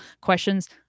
questions